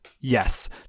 yes